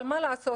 אבל מה לעשות,